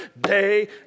day